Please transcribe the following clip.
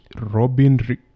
robin